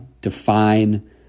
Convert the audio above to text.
define